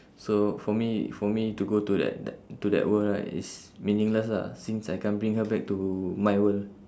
so for me for me to go to that that to that world right is meaningless lah since I can't bring her back to my world